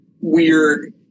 weird